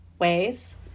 ways